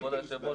כבוד היושב ראש,